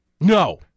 No